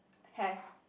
have